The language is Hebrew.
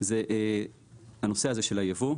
זה הנושא הזה של הייבוא,